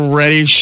ready